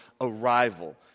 arrival